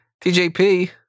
TJP